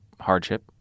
hardship